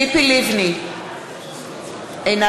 אינה